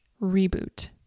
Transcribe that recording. reboot